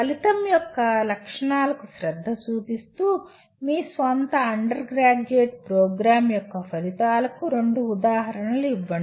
ఫలితం యొక్క లక్షణాలకు శ్రద్ధ చూపిస్తూ మీ స్వంత అండర్ గ్రాడ్యుయేట్ ప్రోగ్రామ్ యొక్క ఫలితాలకు రెండు ఉదాహరణలు ఇవ్వండి